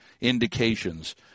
indications